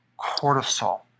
cortisol